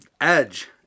Edge